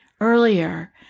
earlier